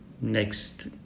next